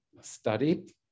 study